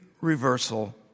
reversal